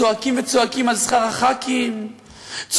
צועקים וזועקים על שכר חברי הכנסת,